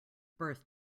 birth